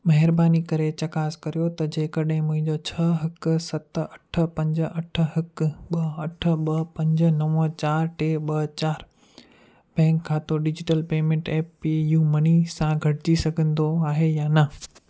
महिरबानी करे चकासु कर्यो त जेकॾहिं मुंहिंजो छह हिक सत अठ पंज अठ हिकु ॿ अठ ॿ पंज नव चार टे ॿ चार बैंक ख़ातो डिजिटल पेमेंट ऐप पीयूमनी सां गॾिजी सघंदो आहे या न